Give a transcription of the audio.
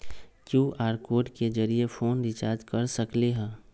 QR code के जरिय phone recharge कर सकली ह?